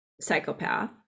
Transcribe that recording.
psychopath